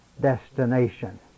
destination